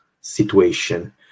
situation